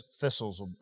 thistles